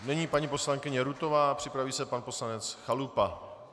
Nyní paní poslankyně Rutová a připraví se pan poslanec Chalupa.